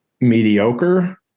mediocre